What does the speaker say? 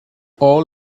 all